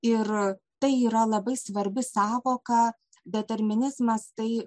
ir tai yra labai svarbi sąvoka determinizmas tai